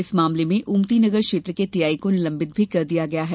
इस मामले में ओमती नगर क्षेत्र के टीआई को निलंबित कर दिया गया है